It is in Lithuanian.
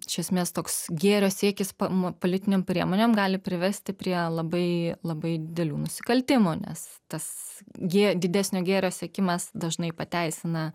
iš esmės toks gėrio siekis pam politinėm priemonėm gali privesti prie labai labai didelių nusikaltimų nes tas gė didesnio gėrio siekimas dažnai pateisina